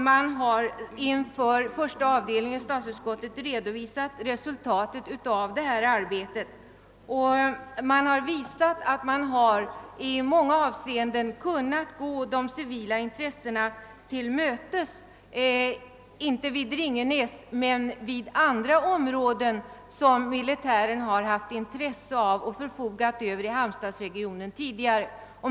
Man har inför första avdelningen i statsutskottet redovisat resultatet av detta arbete, och därvid visat att man i många avseenden kunnat gå de civila intressenterna till mötes, inte när det gäller Ringenäs men när det gäller andra områden som militären haft intresse av och tidigare förfogat över i halmstadsregionen.